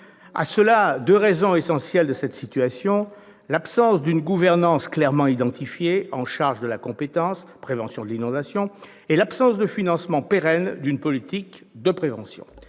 entendre. Deux raisons essentielles expliquaient la situation : l'absence d'une gouvernance clairement identifiée de la compétence « prévention de l'inondation » et l'absence de financement pérenne d'une politique de prévention.